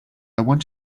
want